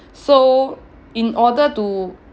so in order to